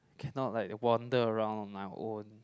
cannot like they wonder around on my own